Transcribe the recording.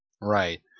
Right